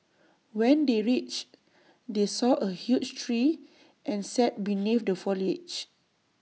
when they reached they saw A huge tree and sat beneath the foliage